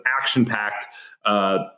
action-packed